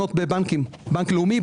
חשבונות בבנקים בבנק לאומי,